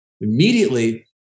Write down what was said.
Immediately